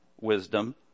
wisdom